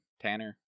Tanner